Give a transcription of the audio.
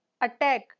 attack